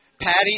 Patty